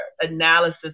analysis